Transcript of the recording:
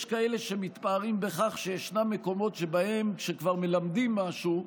יש כאלה שמתפארים בכך שישנם מקומות שבהם כבר מלמדים משהו,